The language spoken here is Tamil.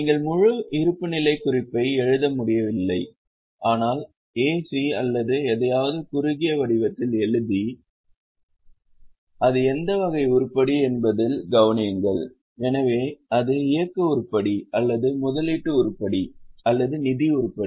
நீங்கள் முழு இருப்புநிலைக் குறிப்பை எழுத வேண்டியதில்லை ஆனால் ஏசி அல்லது எதையாவது குறுகிய வடிவத்தில் எழுதி அது எந்த வகை உருப்படி என்பதை கவனியுங்கள் எனவே இது இயக்க உருப்படி அல்லது முதலீட்டு உருப்படி அல்லது நிதி உருப்படி